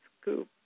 scoop